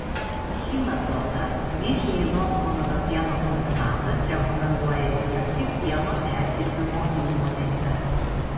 šį metodą nižnij novgorodo pieno kombinatas rekomenduoja diegti pieno perdirbimo įmonėse